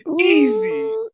Easy